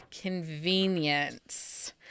Convenience